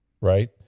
right